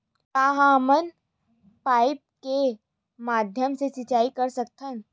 का हमन पाइप के माध्यम से सिंचाई कर सकथन?